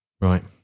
Right